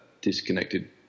disconnected